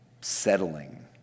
settling